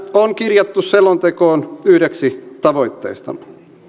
on kirjattu selontekoon yhdeksi tavoitteistamme